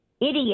idiot